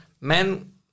men